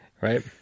right